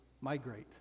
migrate